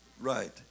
right